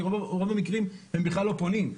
כי היא רוב המקרים הם בכלל לא פונים.